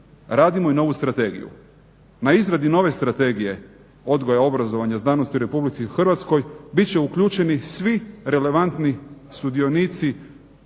radimo i novu strategiju. Na izradi nove Strategije odgoja, obrazovanja i znanosti u RH bit će uključeni svi relevantni sudionici